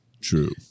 True